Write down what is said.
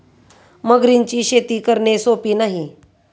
मगरींची शेती करणे सोपे नाही